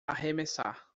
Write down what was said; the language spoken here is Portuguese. arremessar